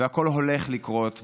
והכול הולך לקרות,